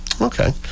okay